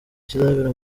kizabera